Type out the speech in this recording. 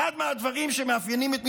אחד הדברים שמאפיינים את,